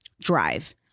drive